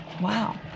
Wow